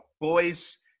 Boys